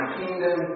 kingdom